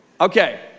Okay